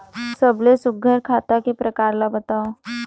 सबले सुघ्घर खाता के प्रकार ला बताव?